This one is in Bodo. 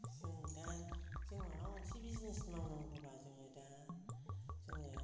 जों दा जों माबा मोनसे बिजनेस मावनांगौबा जोङो दा जोङो